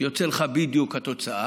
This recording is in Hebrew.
ויוצאת לך בדיוק התוצאה.